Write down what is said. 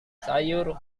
sayur